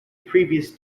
previous